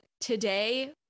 today